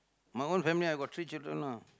my own family I got three children lah